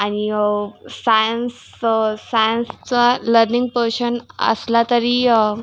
आणि सायन्स सायन्सचा learning portion असला तरी